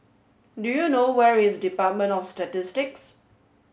do you know where is Department of Statistics